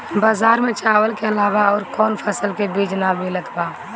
बजार में चावल के अलावा अउर कौनो फसल के बीज ना मिलत बा